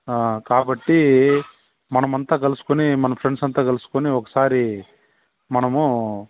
ఆ కాబట్టి మనమంతా కలుసుకుని మన ఫ్రెండ్స అంతా కలుసుకుని ఒకసారి మనము